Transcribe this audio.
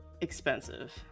expensive